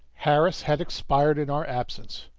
harris had expired in our absence.